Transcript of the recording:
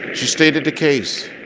stated the case.